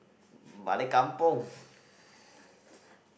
balik kampung